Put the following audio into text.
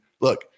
look